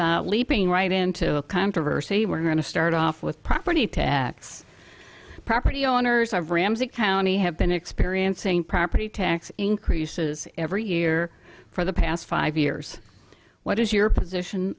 and leaping right into a controversy we're going to start off with property tax property owners of ramsey county have been experiencing property tax increases every year for the past five years what is your position